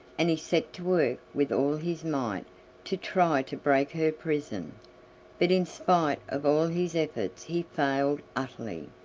and he set to work with all his might to try to break her prison but in spite of all his efforts he failed utterly.